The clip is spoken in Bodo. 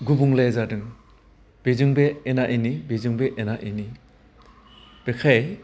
गुबुंले जादों बेजों बे एना एनि बेजों बे एना एनि बेखाय